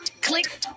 click